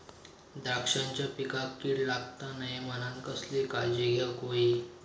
द्राक्षांच्या पिकांक कीड लागता नये म्हणान कसली काळजी घेऊक होई?